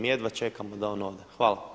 Jedva čekamo da on ode.